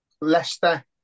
Leicester